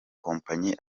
kompanyi